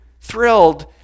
thrilled